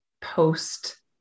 post